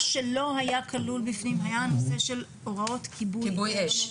מה שלא היה כלול בפנים היה הנושא של הוראות כיבוי אש,